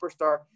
superstar